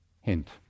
Hint